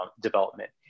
development